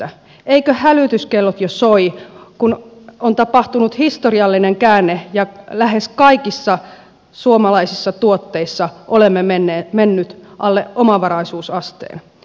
eivätkö hälytyskellot jo soi kun on tapahtunut historiallinen käänne ja lähes kaikissa suomalaisissa tuotteissa olemme menneet alle omavaraisuusasteen